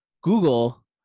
Google